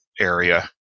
area